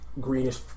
greenish